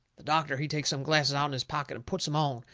the doctor, he takes some glasses out'n his pocket and puts em on,